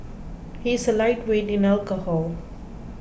he is a lightweight in alcohol